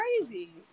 crazy